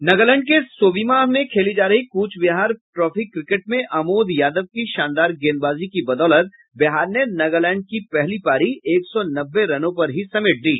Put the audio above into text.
नगालैंड के सोविमा मे खेली जा रही कूच विहार ट्राफी क्रिकेट में अमोद यादव की शानदार गेंदबाजी की बदौलत बिहार ने नगालैंड की पहली पारी एक सौ नब्बे रनों पर ही समेट दी